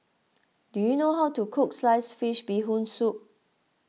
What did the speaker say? do you know how to cook Sliced Fish Bee Hoon Soup